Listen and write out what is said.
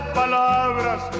palabras